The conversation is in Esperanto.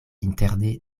interne